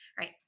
Right